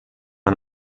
man